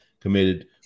committed